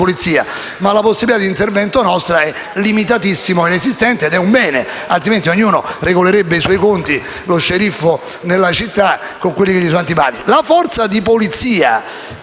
forze di polizia.